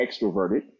extroverted